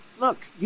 Look